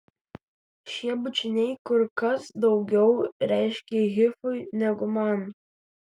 šie bučiniai kur kas daugiau reiškė hifui negu man